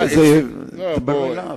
אולי לא הבנתי,